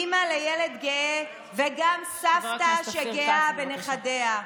אימא לילד גאה וגם סבתא שגאה בנכדיה,